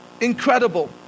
incredible